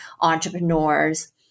entrepreneurs